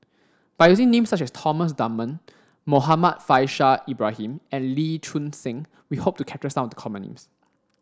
by using names such as Thomas Dunman Muhammad Faishal Ibrahim and Lee Choon Seng we hope to capture some of the common names